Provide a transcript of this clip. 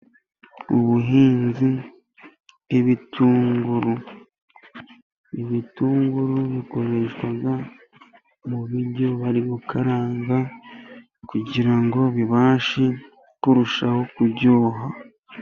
Ubuhinzi bw'ibitunguru. Ibitunguru bikoreshwa mu biryo bari gukaranga kugira ngo bibashe kurushaho kuryoha.